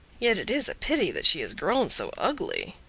yet it is a pity that she is grown so ugly.